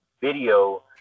video